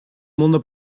mundo